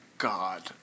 God